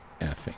effing